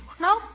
No